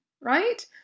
right